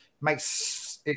makes